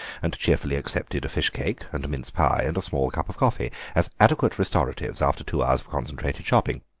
and cheerfully accepted a fish cake and a mince pie and a small cup of coffee as adequate restoratives after two hours of concentrated shopping.